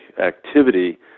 activity